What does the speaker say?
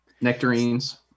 nectarines